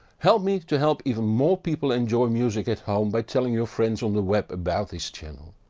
help me to help even more people enjoy music at home by telling your friends on the web about this channel.